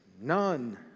None